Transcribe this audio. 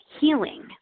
healing